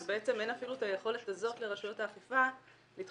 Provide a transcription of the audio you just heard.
אז בעצם אין אפילו את היכולת הזאת לרשויות האכיפה להתחקות